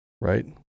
right